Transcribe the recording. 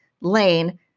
lane